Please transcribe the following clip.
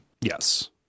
yes